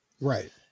Right